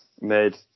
made